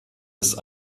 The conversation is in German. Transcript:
ist